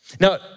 Now